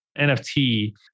NFT